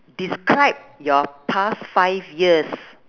describe your past five years